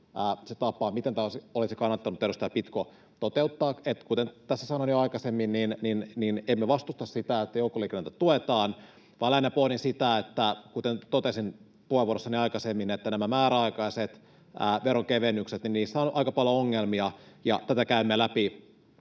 se tapa, miten tämä olisi kannattanut, edustaja Pitko, toteuttaa. Kuten tässä sanoin jo aikaisemmin, emme vastusta sitä, että joukkoliikennettä tuetaan, vaan lähinnä pohdin sitä — kuten totesin puheenvuorossani aikaisemmin — että näissä määräaikaisissa veronkevennyksissä on aika paljon ongelmia, ja tätä käymme läpi